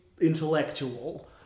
intellectual